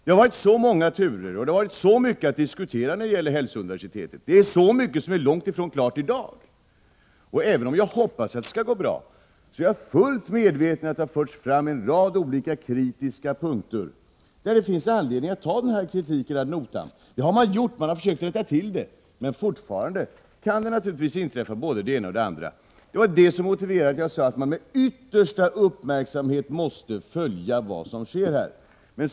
Det har varit så många turer och så mycket att diskutera när det gäller hälsouniversitetet, och det är så mycket som är långt ifrån klart i dag. Även om jag hoppas att det skall gå bra är jag fullt medveten om att det har förts fram en rad olika kritiska synpunkter. Det finns anledning att ta kritiken ad notam, vilket man också har gjort. Man har försökt rätta till bristerna, men fortfarande kan det naturligtvis inträffa både det ena och det andra. Det var det som motiverade att jag sade att vi med yttersta uppmärksamhet måste följa vad som sker.